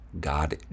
God